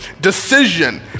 decision